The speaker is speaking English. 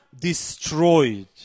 destroyed